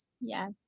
yes